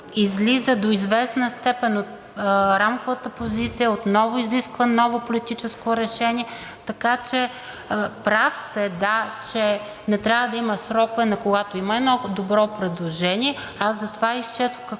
излиза до известна степен от Рамковата позиция, отново изисква ново политическо решение. Така че прав сте, да, че не трябва да има срокове, но когато има едно добро предложение, аз затова изчетох